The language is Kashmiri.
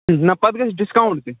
نہَ پَتہٕ گژھِ ڈِسکاوُنٛٹ تہِ